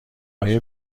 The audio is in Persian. آیا